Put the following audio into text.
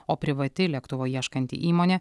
o privati lėktuvo ieškanti įmonė